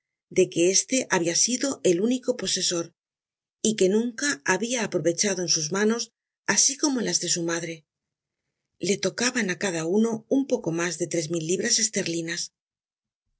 de que este hahia sido el único posesor y que nunca habia apro vechado en sus manos asi como en las de su madre le tocaban ii cada uno un poco mas de tres mil libras esterlinas